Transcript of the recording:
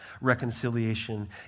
Reconciliation